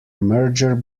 merger